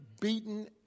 beaten